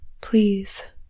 Please